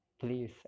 please